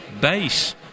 base